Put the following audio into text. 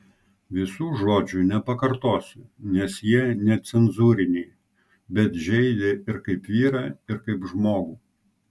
visų žodžių nepakartosiu nes jie necenzūriniai bet žeidė ir kaip vyrą ir kaip žmogų